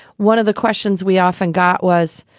one of the questions we often got was,